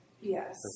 Yes